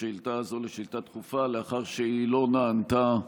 השאילתה הזאת לשאילתה דחופה לאחר שהיא לא נענתה,